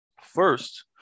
First